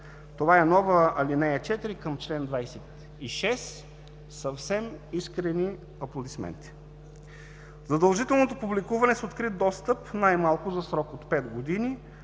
това е нова ал. 4 към чл. 26. Съвсем искрени аплодисменти! Задължителното публикуване с открит достъп, най-малко за срок от 5 години